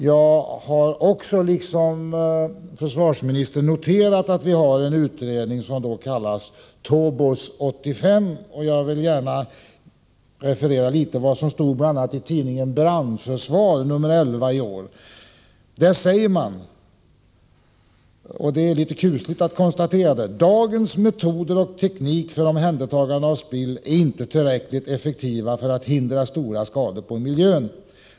Jag har, i likhet med försvarsministern, noterat att det finns en utredning i detta sammanhang, TOBOS 85. Jag vill gärna referera något av det som står att läsa i tidningen Brandförsvar 11/84. Där säger man följande, vilket jag tycker är kusligt att behöva konstatera: ”Dagens metoder och teknik för omhändertagande av spill är inte tillräckligt effektiva för att hindra stora skador på miljön.